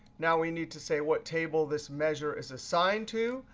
now we need to say what table this measure is assigned to,